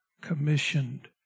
commissioned